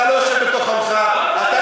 אני אומר לך: אתה לא יושב בתוך עמך, תודה רבה.